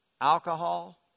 alcohol